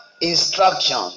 instruction